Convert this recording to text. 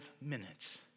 minutes